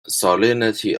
salinity